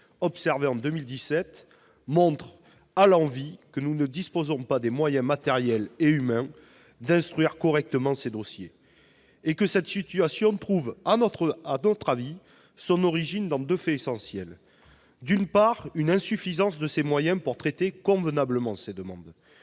observé en 2017 montre à l'envi que nous ne disposons pas des moyens matériels et humains d'instruire correctement ces dossiers. À notre avis, cette situation trouve son origine dans deux faits essentiels : d'une part, une insuffisance des moyens pour traiter convenablement les demandes